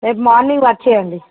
రేపు మార్నింగ్ వచ్చేయండి